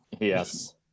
yes